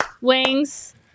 wings